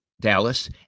Dallas